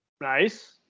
nice